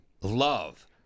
love